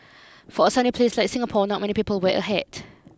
for a sunny place like Singapore not many people wear a hat